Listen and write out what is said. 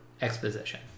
exposition